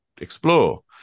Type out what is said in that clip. explore